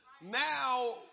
Now